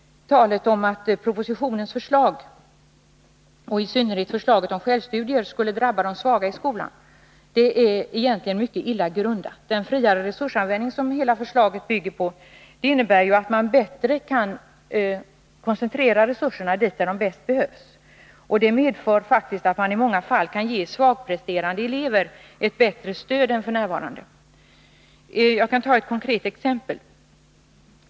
Talet om att propositionens förslag och i synnerhet förslaget om självstudier skulle drabba de svaga i skolan är egentligen mycket illa grundat. Den friare resursanvändning som hela förslaget bygger på innebär ju att man bättre kan koncentrera resurserna dit där de bäst behövs. Det medför faktiskt att man i många fall kan ge svagpresterande elever ett bättre stöd än f.n. Jag kan ta ett konkret exempel.